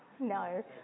No